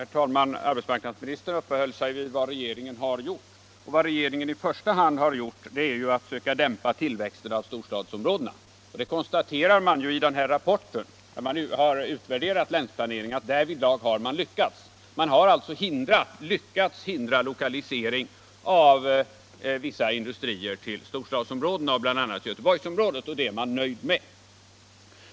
Herr talman! Arbetsmarknadsministern uppehöll sig vid vad regeringen har gjort — och vad den i första hand har gjort är ju att söka dämpa tillväxten i storstadsområdena. Man konstaterar också i den rapport där man har utvärderat länsplaneringen att därvidlag har man lyckats. Man har alltså lyckats hindra lokalisering av vissa industrier till storstadsområdena, bl.a. Göteborgsområdet, och det är man nöjd med.